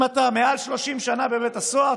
אם אתה מעל 30 שנה בבית הסוהר,